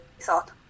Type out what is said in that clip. thought